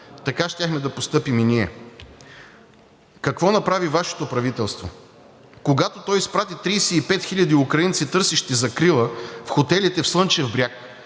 Така щяхме да постъпим и ние. Какво направи Вашето правителство? Когато то изпрати 35 хиляди украинци, търсещи закрила, в хотелите в Слънчев бряг,